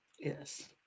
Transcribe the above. Yes